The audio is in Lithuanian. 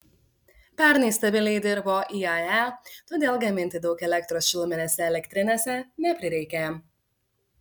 pernai stabiliai dirbo iae todėl gaminti daug elektros šiluminėse elektrinėse neprireikė